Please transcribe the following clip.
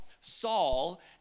Saul